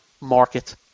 market